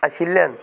आशिल्ल्यान